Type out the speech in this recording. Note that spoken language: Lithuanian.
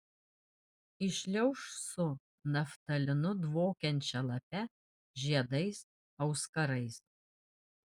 įšliauš su naftalinu dvokiančia lape žiedais auskarais